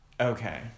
Okay